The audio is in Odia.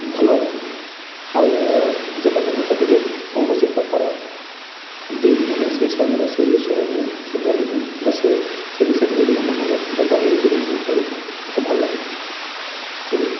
ଭଲ ଆଉ ଯେବେ ବି ମୋତେ ଟିକେ କୌଣସି ପ୍ରକାର ଡିମ୍ ଲା ସେହି ସମୟରେ ସେହି ବିଷୟରେ ସେହି ବହି ନେଇକି ବା ସେହି ବିଷୟରେ ଟିକେ ମନେ ମନେ କିମ୍ବା ବହିରୁ ବି ନେଇକି ପଢ଼ିଥାଏ ମୋତେ ଭଲ ଲାଗିଥାଏ ଚିଲିକା